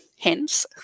Hence